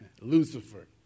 Lucifer